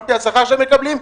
על פי השכר שהן מקבלות.